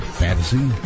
fantasy